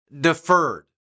deferred